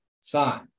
sign